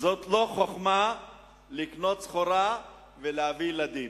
זאת לא חוכמה לקנות סחורה ולהביא ילדים,